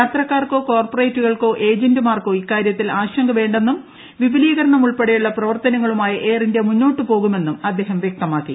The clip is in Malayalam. യാത്രക്കാർക്കോ കോർപ്പറേറ്റുകൾക്കോ ഏജന്റുമാർക്കോ ഇക്കാര്യത്തിൽ വേണ്ടെന്നും വിപുലീകരണമുൾപ്പെടെയുള്ള ആശങ്ക പ്രവർത്തനങ്ങളുമായി എയർ ഇന്ത്യ മുന്നോട്ട് പോകുമെന്നും അദ്ദേഹം വ്യക്തമാക്കി